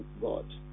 God